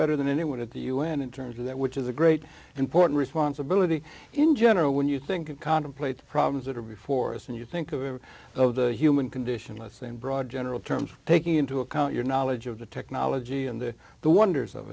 better than anyone at the u n in terms of that which is a great important responsibility in general when you think and contemplate the problems that are before us and you think of the human condition let's say in broad general terms taking into account your knowledge of the technology and the wonders of